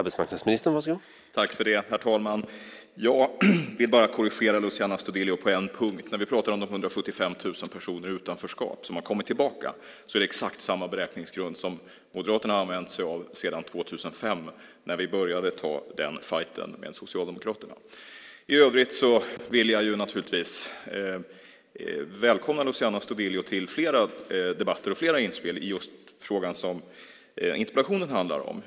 Herr talman! Jag vill bara korrigera Luciano Astudillo på en punkt. När vi pratar om 175 000 personer i utanförskap som har kommit tillbaka är det fråga om exakt samma beräkningsgrund som Moderaterna har använt sig av sedan 2005 när vi började ta den fajten med Socialdemokraterna. I övrigt vill jag naturligtvis välkomna Luciano Astudillo till fler debatter och inspel i just den fråga interpellationen handlar om.